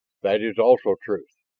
that is also truth.